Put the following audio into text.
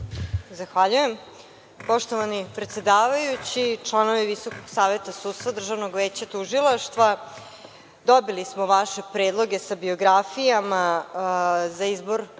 Pilja** Poštovani predsedavajući, članovi Visokog saveta sudstva, Državnog veća tužilaca, dobili smo vaše predloge sa biografijama za izbor sudija